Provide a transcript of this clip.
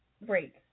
break